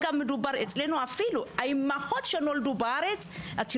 אפילו האימהות שנולדו בארץ להורים עולים